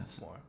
more